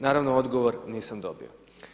Naravno odgovor nisam dobio.